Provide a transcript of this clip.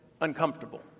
uncomfortable